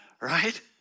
right